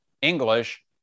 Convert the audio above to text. English